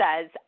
says